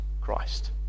Christ